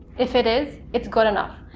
if it is, it's good enough.